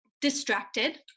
distracted